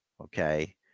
Okay